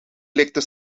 likte